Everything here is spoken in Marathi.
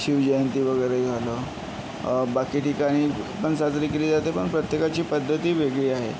शिवजयंती वगैरे झालं बाकी ठिकाणी पण साजरी केली जाते पण प्रत्येकाची पद्धती वेगळी आहे